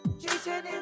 Jason